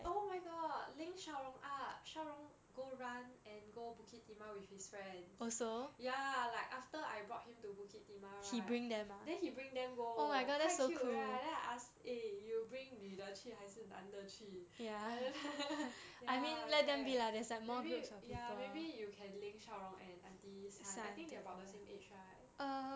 oh my god link shao rong up shao rong go run and go bukit timah with his friends ya like after I brought him to bukit timah right then he bring them go quite cute right then I ask eh you bring 女的去还是男的去 ya correct maybe ya maybe you can link shao rong and aunty's son I think they are about the same age right